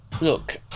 look